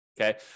Okay